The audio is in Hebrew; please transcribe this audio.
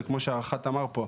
וכמו שראש החטיבה אמר פה: